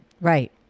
Right